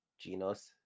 Genos